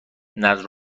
نذر